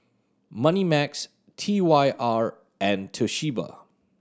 Moneymax T Y R and Toshiba